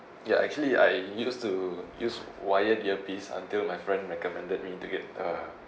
ya actually I used to use wired earpiece until my friend recommended me to get a